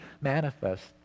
manifest